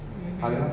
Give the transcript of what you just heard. mmhmm